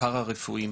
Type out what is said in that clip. הפרה-רפואיים,